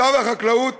מצב החקלאות